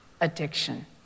addiction